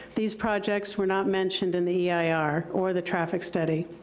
these projects were not mentioned in the eir, or the traffic study.